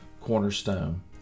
cornerstone